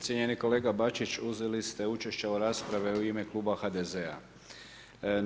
Cijenjeni kolega Bačić, uzeli ste učešće u raspravi u ime kluba HDZ-a.